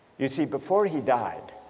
you see before he died,